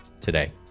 today